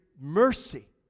mercy